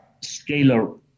scalar